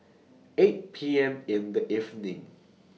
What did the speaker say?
eight P M in The evening